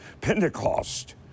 Pentecost